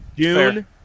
Dune